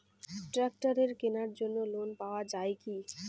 ট্রাক্টরের কেনার জন্য লোন পাওয়া যায় কি?